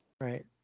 right